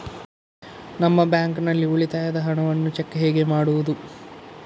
ನಮ್ಮ ಬ್ಯಾಂಕ್ ನಲ್ಲಿ ಉಳಿತಾಯದ ಹಣವನ್ನು ಚೆಕ್ ಹೇಗೆ ಮಾಡುವುದು?